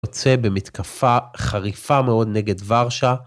יוצא במתקפה חריפה מאוד נגד ורשה.